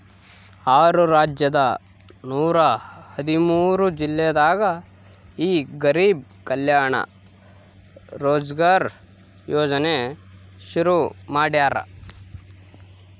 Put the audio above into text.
ಆರು ರಾಜ್ಯದ ನೂರ ಹದಿಮೂರು ಜಿಲ್ಲೆದಾಗ ಈ ಗರಿಬ್ ಕಲ್ಯಾಣ ರೋಜ್ಗರ್ ಯೋಜನೆ ಶುರು ಮಾಡ್ಯಾರ್